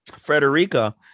frederica